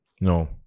no